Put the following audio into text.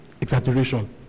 exaggeration